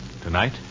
Tonight